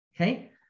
Okay